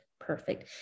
perfect